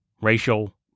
racial